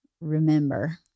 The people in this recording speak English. remember